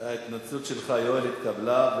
יואל, ההתנצלות שלך התקבלה,